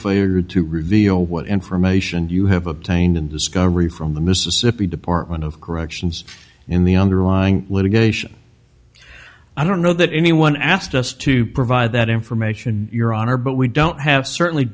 failure to reveal what information you have obtained in discovery from the mississippi department of corrections in the underlying litigation i don't know that anyone asked us to provide that information in your honor but we don't have certainly